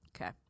okay